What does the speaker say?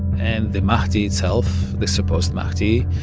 and the mahdi itself, the supposed mahdi,